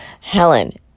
helen